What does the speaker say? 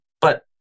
But-